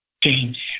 James